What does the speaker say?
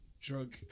drug